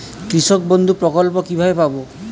কৃষকবন্ধু প্রকল্প কিভাবে পাব?